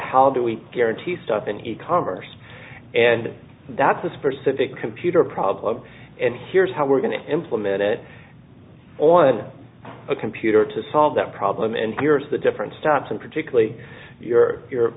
how do we guarantee stop an e commerce and that's this person to computer problem and here's how we're going to implement it on a computer to solve that problem and here's the different stops and particularly your